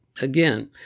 Again